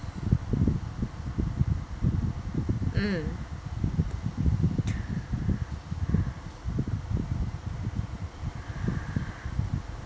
mm